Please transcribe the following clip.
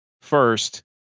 first